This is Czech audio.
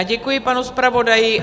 Děkuji, pane zpravodaji.